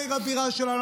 עיר הבירה שלנו.